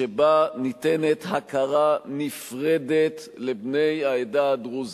שבה ניתנת הכרה נפרדת לבני העדה הדרוזית.